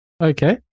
okay